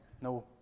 No